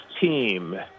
team